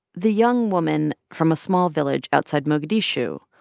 the young woman from a small village outside mogadishu,